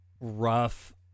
rough